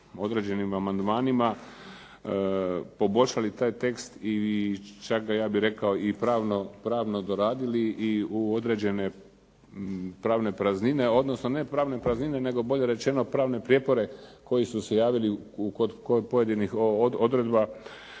određenim amandmanima poboljšali taj tekst i čak ga ja bih rekao i pravno doradili i u određene pravne praznine, odnosno ne pravne praznine nego bolje rečeno pravne prijepore koji su se javili kod pojedinih odredaba